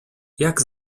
jak